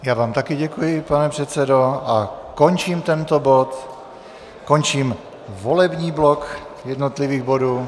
Já vám také děkuji, pane předsedo, a končím tento bod, končím volební blok jednotlivých bodů.